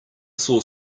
saw